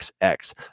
XX